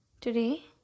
today